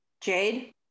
Jade